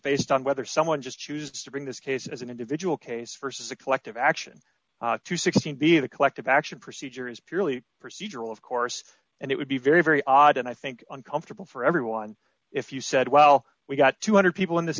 based on whether someone just chooses to bring this case as an individual case for six elective action to sixteen be the collective action procedure is purely procedural of course and it would be very very odd and i think uncomfortable for everyone if you said well we got two hundred people in this